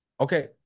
Okay